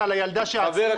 זה כן נכון, תבדוק.